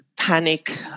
panic